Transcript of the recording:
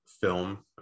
film